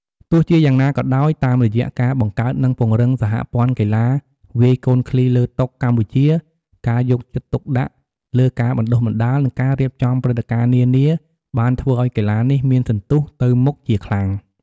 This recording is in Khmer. ទោះជាយ៉ាងណាក៏ដោយ តាមរយៈការបង្កើតនិងពង្រឹងសហព័ន្ធកីឡាវាយកូនឃ្លីលើតុកម្ពុជា ការយកចិត្តទុកដាក់លើការបណ្ដុះបណ្ដាល និងការរៀបចំព្រឹត្តិការណ៍នានាបានធ្វើឱ្យកីឡានេះមានសន្ទុះទៅមុខជាខ្លាំង។